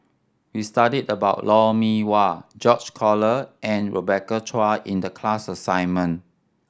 we studied about Lou Mee Wah George Collyer and Rebecca Chua in the class assignment